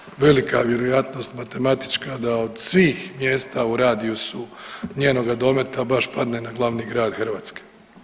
Nije baš velika vjerojatnost matematička da od svih mjesta u radiusu njenoga dometa baš padne na glavni grad Hrvatske.